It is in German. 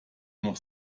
noch